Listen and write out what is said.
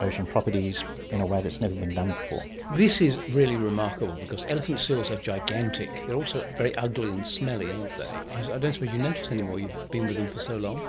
ocean properties in a way that's never been done before. this is really remarkable because elephant seals are gigantic, they're also very ugly and smelly, aren't they. i don't suppose you notice any more, you've been with them for so long.